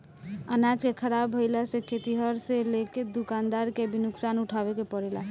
अनाज के ख़राब भईला से खेतिहर से लेके दूकानदार के भी नुकसान उठावे के पड़ेला